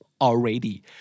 already